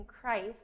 Christ